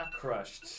Crushed